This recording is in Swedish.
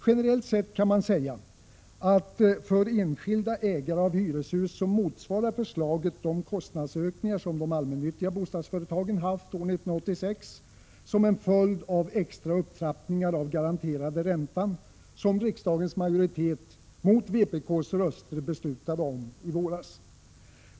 Generellt sett kan man säga att för enskilda ägare av hyreshus motsvarar förslaget de kostnadsökningar som de allmännyttiga bostadsföretagen haft år 1986, som en följd av extra upptrappningar av garanterade räntan som riksdagens majoritet, mot vpk:s röster, beslutade om i våras.